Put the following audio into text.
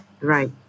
Right